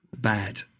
bad